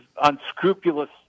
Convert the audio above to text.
unscrupulous